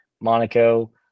Monaco